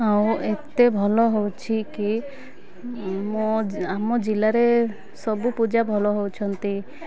ଆଉ ଏତେ ଭଲ ହେଉଛି କି ମୋ ଆମ ଜିଲ୍ଲାରେ ସବୁ ପୂଜା ଭଲ ହେଉଛନ୍ତି